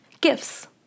gifts